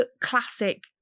classic